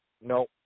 No